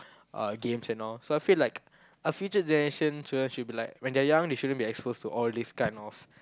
uh games and all so I feel like our future generation you all should be like when they are young you shouldn't be exposed to all these kind of